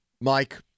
Mike